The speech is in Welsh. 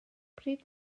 pryd